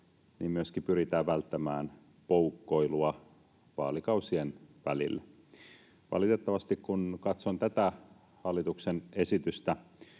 myöskin pyritään välttämään poukkoilua vaalikausien välillä. Valitettavasti, kun katson tätä hallituksen esitystä